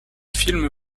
film